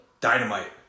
dynamite